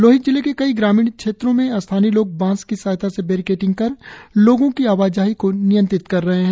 लोहित जिले के कई ग्रामीण क्षेत्रों में स्थानीय लोग बास की सहायता से बेरिकेटिंग कर लोगों की आवाजाही को नियंत्रित कर रहे हैं